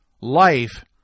life